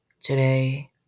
Today